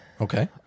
Okay